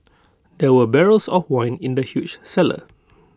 there were barrels of wine in the huge cellar